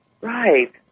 right